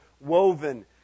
woven